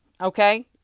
Okay